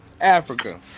Africa